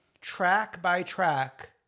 track-by-track